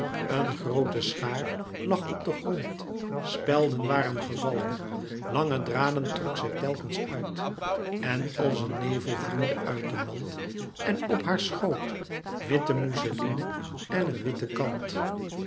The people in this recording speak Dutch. couperus metamorfoze schaar lag op den grond spelden waren gevallen lange draden trok zij telkens uit en als een nevel vloeide uit de mand en op haar schoot witte mousseline en een witte kant